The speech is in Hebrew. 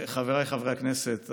חבריי חברי הכנסת,